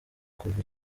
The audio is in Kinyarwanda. kuva